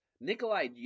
Nikolai